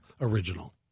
original